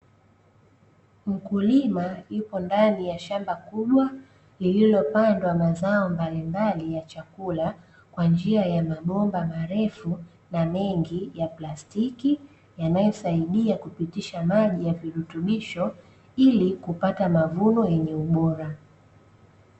Mkulima yupo ndani ya shamba kubwa lililopandwa mazao mbalimbali ya chakula, kwa njia ya mabomba marefu, na mengi ya plastiki yanayo saidia kipitisha maji ya virutubisho, ili kupata mavuno yenye ubora.